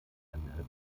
ein